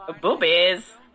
Boobies